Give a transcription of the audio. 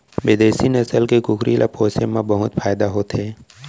बिदेसी नसल के कुकरी ल पोसे म बहुत फायदा होथे